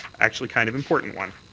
actually kind of important one.